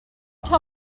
tell